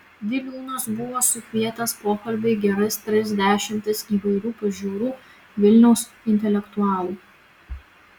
viliūnas buvo sukvietęs pokalbiui geras tris dešimtis įvairių pažiūrų vilniaus intelektualų